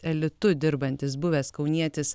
elitu dirbantis buvęs kaunietis